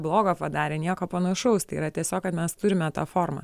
blogo padarė nieko panašaus tai yra tiesiog kad mes turime tą formą